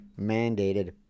mandated